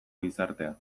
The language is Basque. gizartea